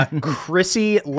Chrissy